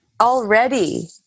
already